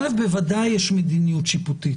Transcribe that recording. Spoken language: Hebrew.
א', בוודאי יש מדיינות שיפוטית,